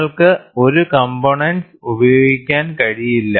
നിങ്ങൾക്ക് ഈ കംപോണന്റ്സ് ഉപയോഗിക്കാൻ കഴിയില്ല